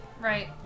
Right